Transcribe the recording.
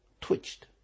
twitched